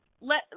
let